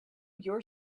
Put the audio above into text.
your